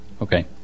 Okay